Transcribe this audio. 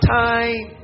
time